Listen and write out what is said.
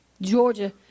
Georgia